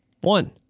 one